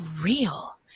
real